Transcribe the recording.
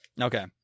Okay